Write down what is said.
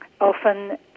often